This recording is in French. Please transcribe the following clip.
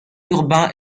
urbain